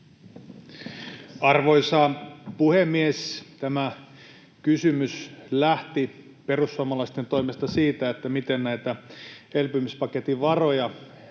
Arvoisa puhemies! Tämä kysymys lähti perussuomalaisten toimesta siitä, miten näitä elpymispaketin varoja